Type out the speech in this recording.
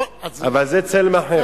אבל זה צלם אחר.